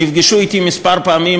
נפגשו אתי כמה פעמים,